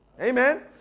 Amen